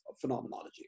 phenomenology